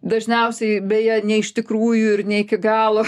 dažniausiai beje ne iš tikrųjų ir ne iki galo